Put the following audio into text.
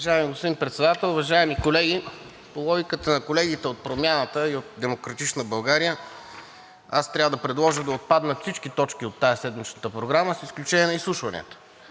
Уважаеми господин Председател, уважаеми колеги! По логиката на колегите от Промяната и от „Демократична България“ трябва да предложа да отпаднат всички точки от тази седмична програма, с изключение на изслушванията,